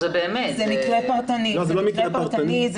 זה לא מקרה פרטני.